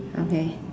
okay